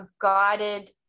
guided